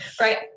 Right